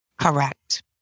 Correct